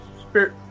spirit